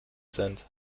sind